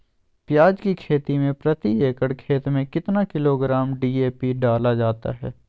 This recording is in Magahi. प्याज की खेती में प्रति एकड़ खेत में कितना किलोग्राम डी.ए.पी डाला जाता है?